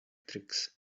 tricks